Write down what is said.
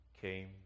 came